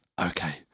Okay